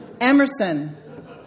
Emerson